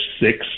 six